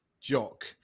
jock